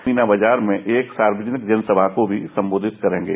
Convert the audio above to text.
मीना बाजार में एक सार्वजनिक जनसभा को भी सम्बोधित करेंगे